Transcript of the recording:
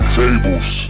tables